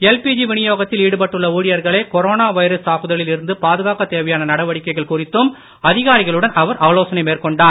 LPG வினியோகத்தில் ஈடுபட்டுள்ள ஊழியர்களை கொரோனா வைரஸ் தாக்குதலில் இருந்து பாதுகாக்க தேவையான நடவடிக்கைகள் குறித்தும் அதிகாரிகளுடன் அவர் ஆலோசனை மேற்கொண்டார்